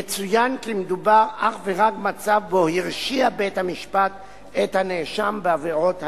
יצוין כי מדובר אך ורק במצב שבו בית-המשפט הרשיע את הנאשם בעבירות הללו.